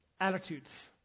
attitudes